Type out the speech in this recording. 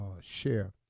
share